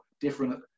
different